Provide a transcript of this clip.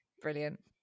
brilliant